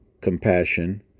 compassion